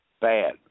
bad